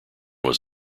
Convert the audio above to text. was